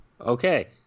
Okay